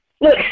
Look